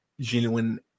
genuine